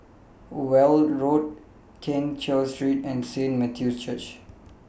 Weld Road Keng Cheow Street and Saint Matthew's Church